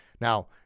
Now